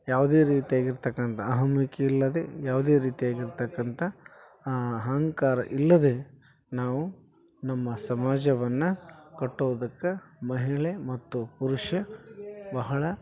ಯಾವುದೇ ರೀತಿಯಾಗಿ ಇರತಕ್ಕಂಥ ಅಹಮಿಕೆ ಇಲ್ಲದೆ ಯಾವುದೇ ರೀತಿಯಾಗಿ ಇರತಕ್ಕಂಥ ಅಹಂಕಾರ ಇಲ್ಲದೆ ನಾವು ನಮ್ಮ ಸಮಾಜವನ್ನು ಕಟ್ಟೋದಕ್ಕೆ ಮಹಿಳೆ ಮತ್ತು ಪುರುಷ ಬಹಳ